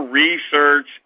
research